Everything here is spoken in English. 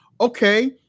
Okay